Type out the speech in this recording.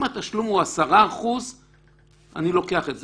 אם התשלום הוא 10% אני לוקח את זה.